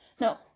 No